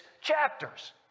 chapters